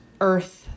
earth